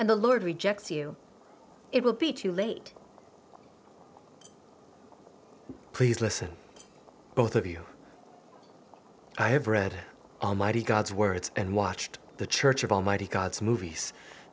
and the lord rejects you it will be too late please listen both of you i have read god's word and watched the church of almighty god's movies